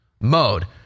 mode